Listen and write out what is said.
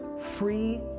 free